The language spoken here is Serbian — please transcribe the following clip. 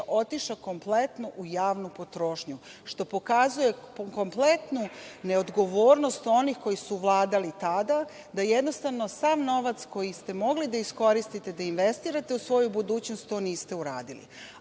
otišao kompletno u javnu potrošnju, što pokazuje kompletnu neodgovornost onih koji su vladali tada. Jednostavno sav koji ste mogli da iskoristite da investirate u svoju budućnost, to niste uradili.